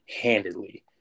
handedly